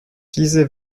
diese